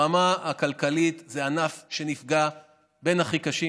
ברמה הכלכלית זה בין הענפים שנפגעו הכי קשה.